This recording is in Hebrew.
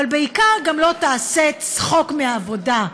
אבל בעיקר לא תעשה צחוק מהעבודה,